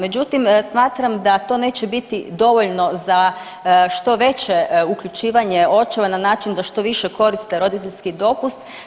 Međutim, smatram da to neće biti dovoljno za što veće uključivanje očeva na način da što više koriste roditeljski dopust.